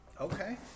Okay